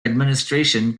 administration